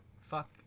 Fuck